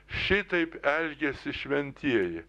šitaip elgėsi šventieji